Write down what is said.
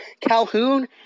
Calhoun